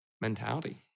mentality